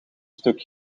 stuk